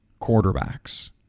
quarterbacks